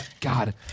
God